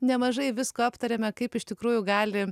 nemažai visko aptarėme kaip iš tikrųjų gali